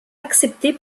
accepté